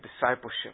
discipleship